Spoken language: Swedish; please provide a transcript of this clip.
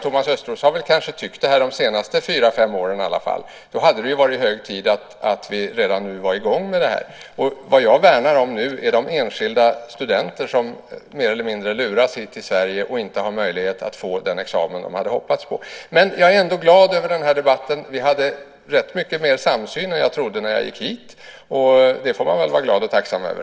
Thomas Östros har väl kanske tyckt så här de senaste fyra fem åren i alla fall. Då hade det varit hög tid att redan nu vara i gång med det här. Vad jag värnar om nu är de enskilda studenter som mer eller mindre luras hit till Sverige och inte har möjlighet att få den examen de hade hoppats på. Men jag är ändå glad över den här debatten. Vi hade rätt mycket mer samsyn än jag trodde när jag gick hit. Det får man väl vara glad och tacksam över.